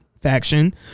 faction